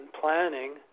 planning